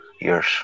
years